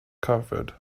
covered